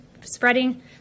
spreading